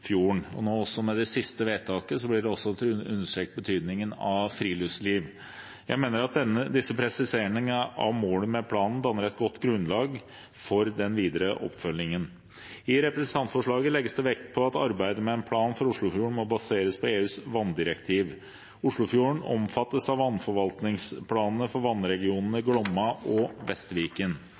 fjorden Med det siste vedtaket blir også betydningen av friluftsliv understreket. Jeg mener at disse presiseringene av målene med planen danner et godt grunnlag for den videre oppfølgingen. I representantforslaget legges det vekt på at arbeidet med en plan for Oslofjorden må baseres på EUs vanndirektiv. Oslofjorden omfattes av vannforvaltningsplanene for vannregionene Glomma og